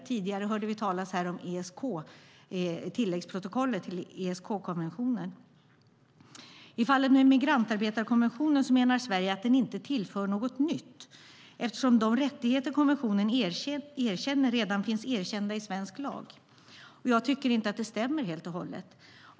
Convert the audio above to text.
Tidigare hörde vi talas om tilläggsprotokollet till ESK-konventionen. I fallet med migrantarbetarkonventionen menar Sverige att den inte tillför något nytt eftersom de rättigheter konventionen erkänner redan finns erkända i svensk lag. Jag tycker inte att det stämmer helt och hållet.